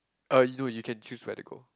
oh you do you can choose where to go